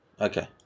okay